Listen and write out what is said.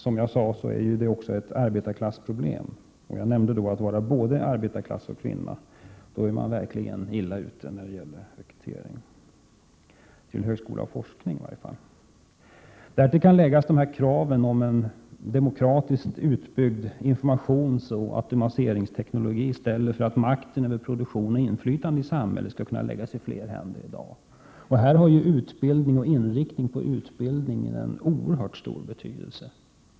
Som jag sade rör det sig också om ett arbetarklassproblem. Tillhör man arbetarklassen och är kvinna är man verkligen illa ute när det gäller rekrytering —i varje fall om det rör sig om högskola och forskning. Därtill kan läggas de krav som en demokratiskt utbyggd informationsoch automatiseringsteknologi ställer för att makten över produktion och inflytande i samhället skall kunna läggas i fler händer än i dag. Här har ju utbildning och inriktningen av utbildningen oerhört stor betydelse.